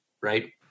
right